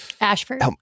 Ashford